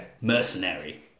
Mercenary